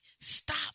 stop